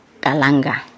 kalanga